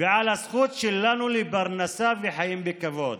ועל הזכות שלנו לפרנסה וחיים בכבוד.